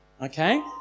Okay